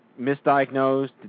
misdiagnosed